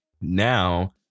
Now